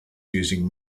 using